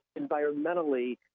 environmentally